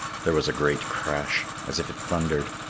there was a great crash, as if it thundered,